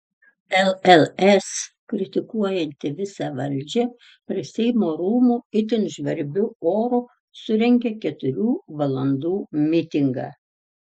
lls kritikuojanti visą valdžią prie seimo rūmų itin žvarbiu oru surengė keturių valandų mitingą